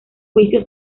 juicio